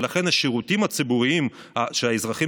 ולכן השירותים הציבוריים שהאזרחים